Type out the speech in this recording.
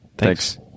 Thanks